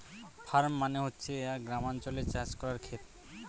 farm মানে হচ্ছে এক গ্রামাঞ্চলে চাষ করার খেত